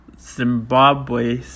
Zimbabwe